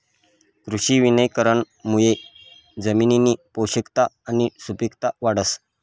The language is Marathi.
कृषी वनीकरणमुये जमिननी पोषकता आणि सुपिकता वाढस